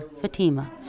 Fatima